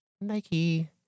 Nike